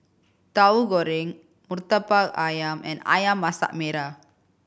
Tauhu Goreng Murtabak Ayam and Ayam Masak Merah